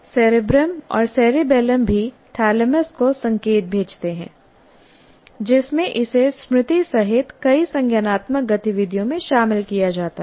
cerebrum और cerebellum भी thalamus को संकेत भेजते हैं जिसमें इसे स्मृति सहित कई संज्ञानात्मक गतिविधियों में शामिल किया जाता है